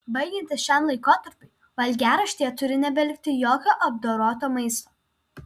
baigiantis šiam laikotarpiui valgiaraštyje turi nebelikti jokio apdoroto maisto